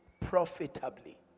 profitably